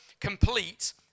complete